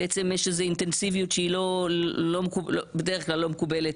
בעצם יש איזה אינטנסיביות שהיא בדרך כלל לא מקובלת,